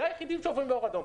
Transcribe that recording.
זה היחידים שעוברים באור אדום.